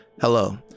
Hello